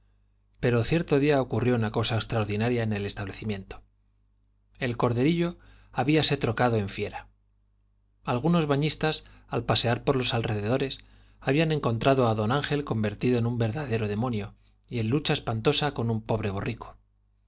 pero cierto día ocurrió una cosa extraordinaria en el establecimiento el éorderillo habíase trocado en fiera algunos bañistas al pasear por los alrededor es habían encontrado verdadero demonio á don ángel convertido en un yen lucha espantosa con un pobre borrico